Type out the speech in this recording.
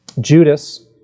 Judas